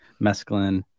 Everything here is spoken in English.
mescaline